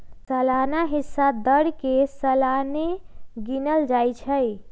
सलाना हिस्सा दर के सलाने गिनल जाइ छइ